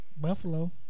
Buffalo